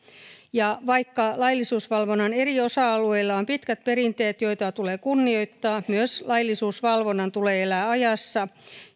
vaikka laillisuusvalvonnan eri osa alueilla on pitkät perinteet joita tulee kunnioittaa myös laillisuusvalvonnan tulee elää ajassa